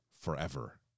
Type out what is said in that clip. forever